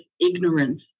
ignorance